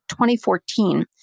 2014